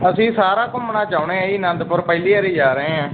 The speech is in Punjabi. ਅਸੀਂ ਸਾਰਾ ਘੁੰਮਣਾ ਚਾਹੁੰਦੇ ਹਾਂ ਜੀ ਅਨੰਦਪੁਰ ਪਹਿਲੀ ਵਾਰੀ ਜਾ ਰਹੇ ਹਾਂ